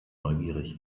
neugierig